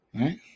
right